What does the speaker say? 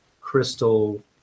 crystal